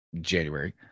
January